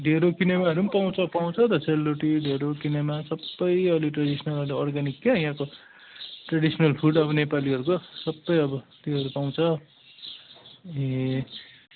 ढेँडो किनेमाहरू पनि पाउँछ पाउँछ त सेलरोटी ढेँडो किनेमा सबै अहिले ट्राडिसनल अहिले अर्ग्यानिक क्या यहाँको ट्रडिसनल फुड अब नेपालीहरूको सबै अब त्योहरू पाउँछ ए